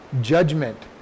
judgment